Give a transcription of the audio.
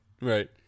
right